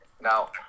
Now